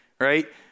right